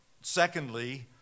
Secondly